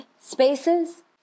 spaces